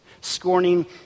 scorning